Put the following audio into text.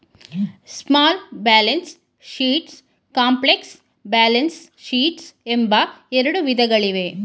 small balance sheets, complex balance sheets ಎಂಬ ಎರಡು ವಿಧಗಳಿವೆ